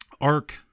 arc